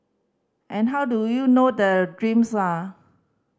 and how do you know the dreams are